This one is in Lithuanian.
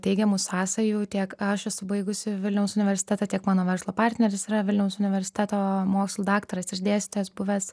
teigiamų sąsajų tiek aš esu baigusi vilniaus universitetą tiek mano verslo partneris yra vilniaus universiteto mokslų daktaras ir dėstytojas buvęs